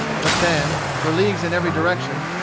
but then, for leagues in every direction,